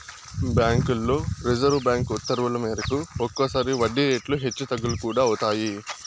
బ్యాంకుల్లో reserve bank ఉత్తర్వుల మేరకు ఒక్కోసారి వడ్డీ రేట్లు హెచ్చు తగ్గులు కూడా అవుతాయి